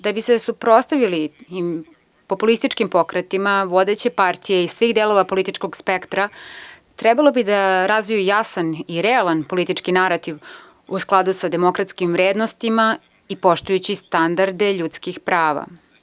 Da bi se suprotstavili populističkim pokretima, vodeće partije iz svih delova političkog spektra trebalo bi da razviju jasan i realan politički narativ u skladu sa demokratskim vrednostima i poštujući standarde ljudskih prava.